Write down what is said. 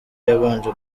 yabanje